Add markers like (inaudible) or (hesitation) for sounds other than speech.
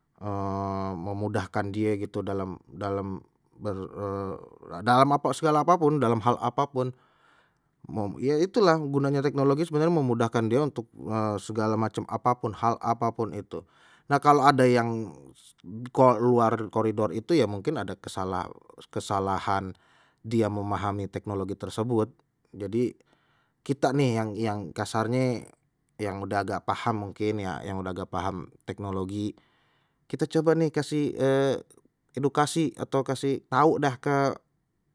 (hesitation) memudahkan dia gitu dalam ber (hesitation) dalam apa segala apapun, dalam hal apapun mau ye itulah gunanya teknologi sebenarnya memudahkan dia untuk (hesitation) segala macam apapun hal apapun itu. Nah kalau ada yang keluar koridor itu ya mungkin ada kesalahan-kesalahan dia memahami teknologi tersebut jadi kita nih yang yang kasarnye yang udah agak paham mungkin ya yang udah gak paham teknologi, kita coba nih kasih edukasi atau kasih tahu dah ke